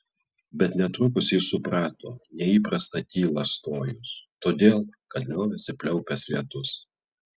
bet netrukus ji suprato neįprastą tylą stojus todėl kad liovėsi pliaupęs lietus